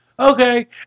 Okay